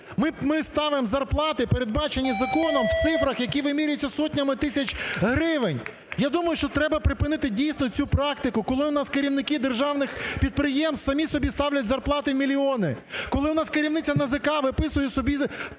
ми ставимо зарплати, передбачені законом в цифрах, які вимірюються сотнями тисяч гривень. Я думаю, що треба припинити, дійсно, цю практику, коли у нас керівники державних підприємств самі собі ставляють зарплати мільйони, коли у нас керівниця НАЗК виписує собі